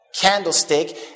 Candlestick